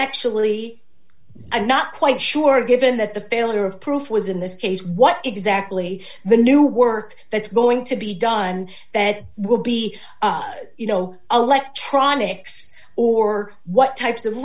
actually i'm not quite sure given that the failure of proof was in this case what exactly the new work that's going to be done that will be you know electronics or what types of